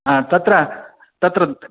हा तत्र तत्र